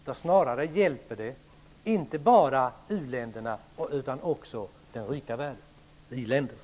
Snarare hjälper det såväl uländerna som den rika världen.